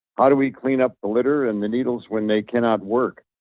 how do we clean up the litter and the needles when they cannot work?